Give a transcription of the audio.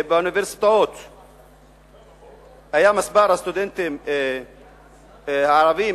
היה מספר הסטודנטים הערבים